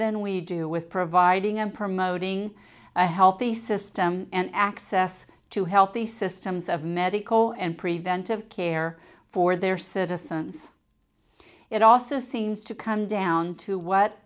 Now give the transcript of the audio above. than we do with providing and promoting a healthy system and access to healthy systems of medical and preventive care for their citizens it also seems to come down to what